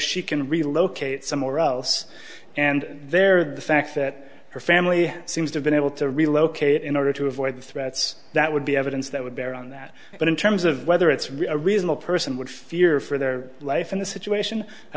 she can relocate somewhere else and there the fact that her family seems to been able to relocate in order to avoid the threats that would be evidence that would bear on that but in terms of whether it's really a reasonable person would fear for their life in this situation i